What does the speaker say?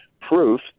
proof